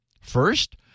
First